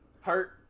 Hurt